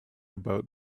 about